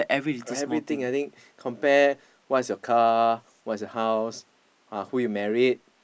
everything I think compare what's you car what's your house uh who you married